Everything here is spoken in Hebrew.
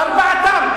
ארבעתם.